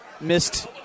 missed